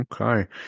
Okay